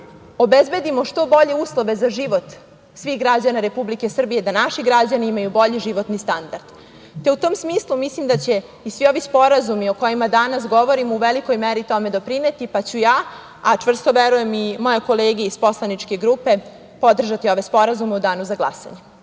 obezbedimo što bolje uslove za život svih građana Republike Srbije, da naši građani imaju bolji životni standard.U tom smislu, mislim da će i svi ovi sporazumi o kojima danas govorimo u velikoj meri tome doprineti, pa ću ja, a čvrsto verujem i moje kolege iz poslaničke grupe, podržati ove sporazume u danu za glasanje.